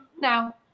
now